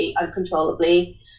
uncontrollably